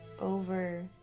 over